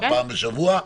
פעם בשבוע,